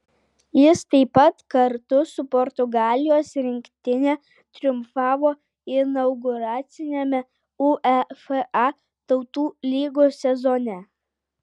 jis taip pat kartu su portugalijos rinktine triumfavo inauguraciniame uefa tautų lygos sezone